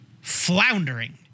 floundering